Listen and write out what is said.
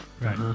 Right